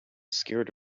scared